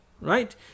right